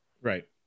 Right